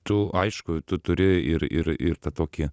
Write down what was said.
tu aišku tu turi ir ir ir tą tokį